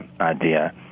idea